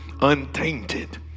untainted